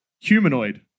humanoid